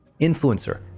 Influencer